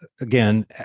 again